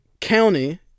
county